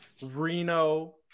Reno